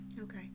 Okay